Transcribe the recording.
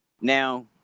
now